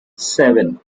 seven